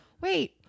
wait